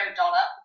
dollar